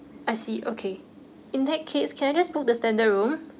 I see okay in that case can I just book the standard room